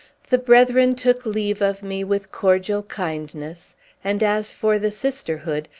the brethren took leave of me with cordial kindness and as for the sisterhood,